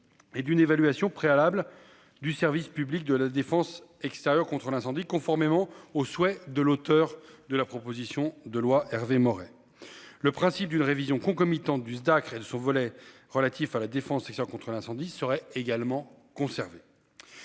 Et d'une évaluation préalable du service public de la Défense extérieure contre l'incendie. Conformément au souhait de l'auteur de la proposition de loi, Hervé Maurey. Le principe d'une révision concomitante du Dacr et son volet relatif à la défense, c'est contre l'incendie serait également conserver.